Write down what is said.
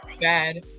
bad